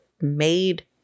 made